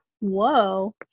whoa